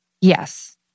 Yes